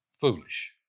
foolish